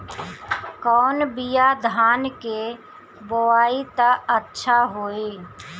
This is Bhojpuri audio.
कौन बिया धान के बोआई त अच्छा होई?